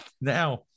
now